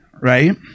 right